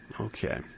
okay